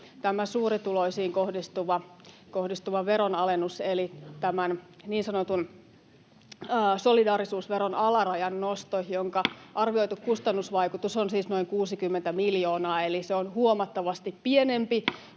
tämän suurituloisiin kohdistuvan veronalennuksen eli tämän niin sanotun solidaarisuusveron alarajan noston, johon kysyjä viittaa, arvioitu kustannusvaikutus on siis noin 60 miljoonaa, eli se on huomattavasti pienempi